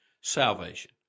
salvation